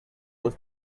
was